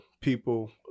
people